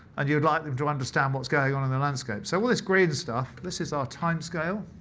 and you'd like them to understand what's going on in the landscape. so all this green stuff, this is our time scale.